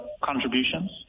contributions